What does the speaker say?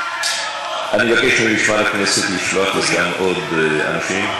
אני מבקש ממשמר הכנסת לשלוח לכאן עוד אנשים.